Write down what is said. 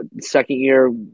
second-year